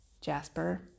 Jasper